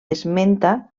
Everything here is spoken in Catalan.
esmenta